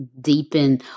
deepen